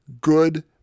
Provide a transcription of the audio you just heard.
good